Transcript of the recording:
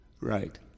Right